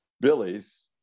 Billy's